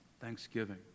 Thanksgiving